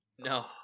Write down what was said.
no